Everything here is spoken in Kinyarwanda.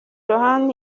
lohan